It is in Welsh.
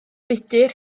budr